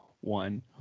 one